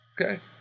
okay